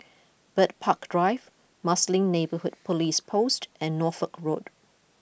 Bird Park Drive Marsiling Neighbourhood Police Post and Norfolk Road